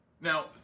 Now